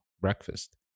breakfast